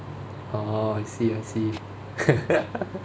ah I see I see